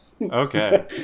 Okay